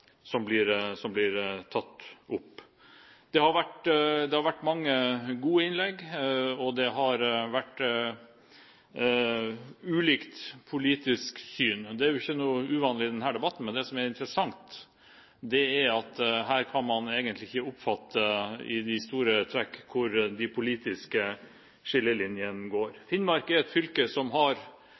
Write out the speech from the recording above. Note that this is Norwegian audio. som blir tatt opp. Det har vært mange gode innlegg, og det har vært ulikt politisk syn. Det er ikke noe uvanlig i slike debatter, men det som er interessant, er at her kan man i store trekk ikke oppfatte hvor de politiske skillelinjene går. Jeg vil si at Finnmark egentlig er det mest spennende fylket vi har